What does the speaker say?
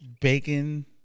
Bacon